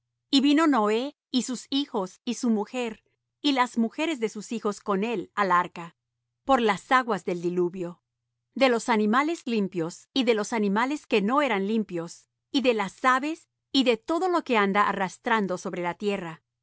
y vino noé y sus hijos y su mujer y las mujeres de sus hijos con él al arca por las aguas del diluvio de los animales limpios y de los animales que no eran limpios y de las aves y de todo lo que anda arrastrando sobre la tierra